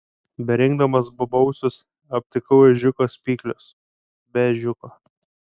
berinkdamas bobausius aptikau ežiuko spyglius be ežiuko